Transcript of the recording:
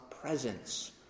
presence